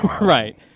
right